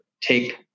take